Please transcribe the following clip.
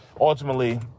ultimately